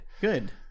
good